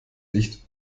licht